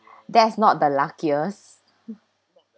that's not the luckiest